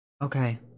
Okay